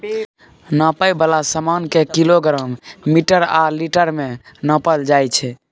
नापै बला समान केँ किलोग्राम, मीटर आ लीटर मे नापल जाइ छै